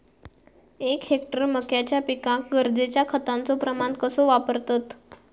एक हेक्टर मक्याच्या पिकांका गरजेच्या खतांचो प्रमाण कसो वापरतत?